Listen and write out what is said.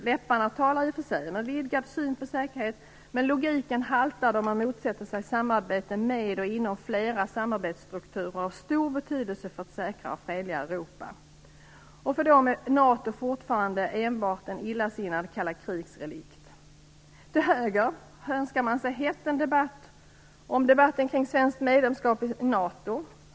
Läpparna talar i och för sig om en vidgad syn på säkerhet, men logiken haltar då man motsätter sig samarbete med och inom flera samarbetsstrukturer av stor betydelse för ett säkrare och fredligare Europa. För dem är NATO fortfarande enbart en illasinnad kallakrigsrelikt. Till höger önskar man hett en debatt kring svenskt medlemskap i NATO.